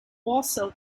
also